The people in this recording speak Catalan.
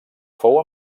fou